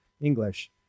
English